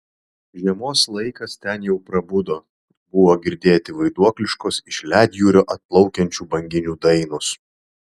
žiemos laikas ten jau prabudo buvo girdėti vaiduokliškos iš ledjūrio atplaukiančių banginių dainos